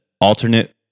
alternate